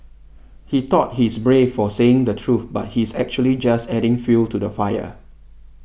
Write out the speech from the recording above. he thought he's brave for saying the truth but he's actually just adding fuel to the fire